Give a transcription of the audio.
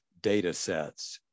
datasets